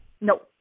No